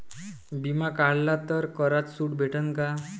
बिमा काढला तर करात सूट भेटन काय?